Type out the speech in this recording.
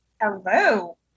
Hello